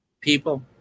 people